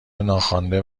ناخوانده